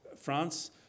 France